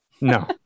No